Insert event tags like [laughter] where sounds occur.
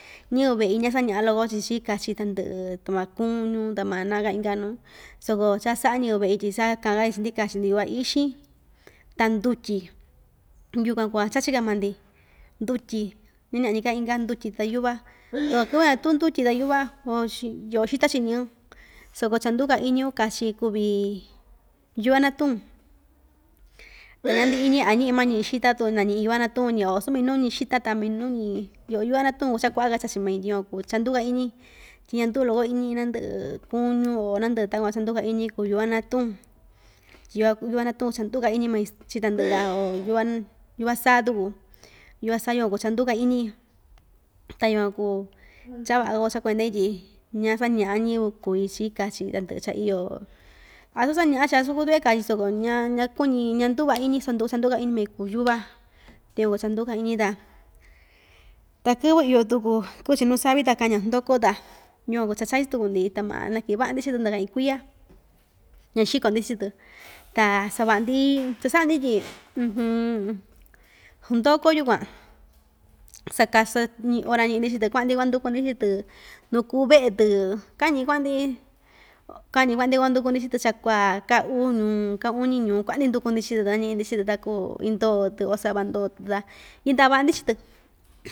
Ñiyɨvɨ veꞌi ñasañaꞌa loko‑chi chi kachi tandɨꞌɨ tama kuñu tama na kaa inka nuu soko cha saꞌa ñiyɨvɨ veꞌi tyi isakaanka‑chi chii‑ndi kachi‑ndi yuva ixin ta ndutyi yukuan kuu cha chachika maa‑ndi ndutyi ñaꞌñika inka ndutyi ta yuva [noise] so kɨvɨ ñatuu ndutyi ta yuva [unintelligible] yoꞌo xita chiꞌin ñii soko cha nduuka iñiu kachi kuvi yuva natuun [noise] ña ndɨꞌɨ‑ñi a ñiꞌi maa ñiꞌi xita tu naa ñiꞌi yuva natuun‑ñi oo vasu minuu‑ñi xita ta minuu‑ñi yɨꞌɨ yuva natuun cha kuaꞌa‑ka chachi main tyi yukuan kuu cha nduka iñi ñanduu loko iñi nandɨꞌɨ kuñu oo nandɨꞌɨ takuan cha nduu‑ka iñi kuu yuva natuun yukuan kuu yuva natuun cha nduu‑ka iñi main chi tandɨꞌɨ‑ka [noise] o yuva nn- yuva saa tuku yuva saa yukuan kuu cha nduka iñi ta yukuan kuu cha vaꞌa‑ka kua cha kuende tyi ña sañaꞌa ñɨyɨvɨ kui chii kachi tandɨꞌɨ cha iyo asu sañaꞌa‑chi asu kutuꞌve kai soko ñaa ñakuñi ñaa nduu vaꞌa iñi cha nduu chanduuka iñi main kuu yuva ta yukuan kuu cha nduuka iñi ta ta kɨvɨ iyo tuku kɨvɨ chiñu savi ta kaña ndoko ta yukuan kuu cha chais tuku‑ndi ta maa nakɨꞌɨn vaꞌa‑ndi chitɨ ndɨka iin kuiya ña xiko‑ndi chii‑tɨ ta savaꞌa‑ndi cha saꞌa‑ndi tyi [hesitation] ndoko yukuan sakasɨ ñi ora ñiꞌi‑ndi chii‑tɨ kuaꞌa‑ndi kuanduku‑ndi chii‑tɨ nu kuu veꞌe‑tɨ kañi kuaꞌa‑ndi kañi kuaꞌa‑ndi kuanduku‑ndi chii‑tɨ chakua kaa uu ñuu ka uñi ñuu kuaꞌa‑ndi kuanduku‑ndi chii‑tɨ ta ña ñiꞌi‑ndi chii‑tɨ takuu iin ndoo‑tɨ o sava ndoo ta yɨndaꞌa vaꞌa‑ndi chi‑tɨ.